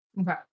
Okay